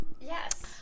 Yes